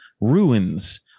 ruins